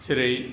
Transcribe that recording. जेरै